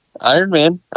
Ironman